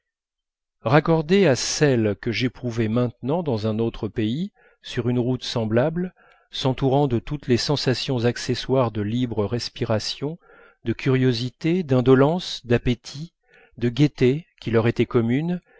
raccordées à celles que j'éprouvais maintenant dans un autre pays sur une route semblable s'entourant de toutes les sensations accessoires de libre respiration de curiosité d'indolence d'appétit de gaieté qui leur étaient communes